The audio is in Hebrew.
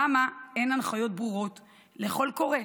למה אין הנחיות ברורות לכל קורא?